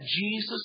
Jesus